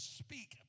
speak